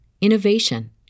innovation